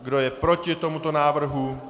Kdo je proti tomuto návrhu?